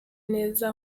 neza